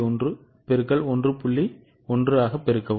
1 ஆக அதிகரிக்கவும்